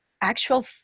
actual